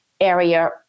area